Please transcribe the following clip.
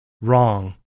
wrong